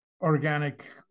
organic